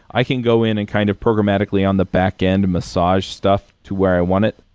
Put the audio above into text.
i can go in and kind of programmatically on the backend massage stuff to where i want it.